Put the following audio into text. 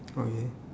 okay